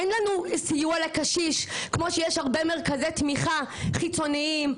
אין לנו סיוע לקשיש כמו שיש הרבה מרכזי תמיכה חיצוניים,